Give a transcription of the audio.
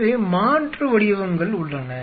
எனவே மாற்று வடிவங்கள் உள்ளன